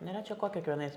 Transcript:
nėra čia ko kiekvienais